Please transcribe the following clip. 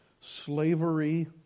slavery